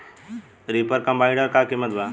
Reaper combiner का किमत बा?